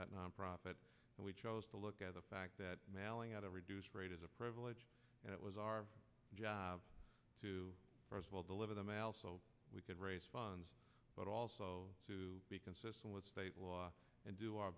that nonprofit and we chose to look at the fact that mailing out a reduced rate is a privilege and it was our job to deliver the mail so we could raise funds but also to be consistent with state law and do our